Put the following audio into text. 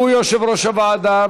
הוא יושב-ראש הוועדה.